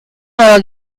nueva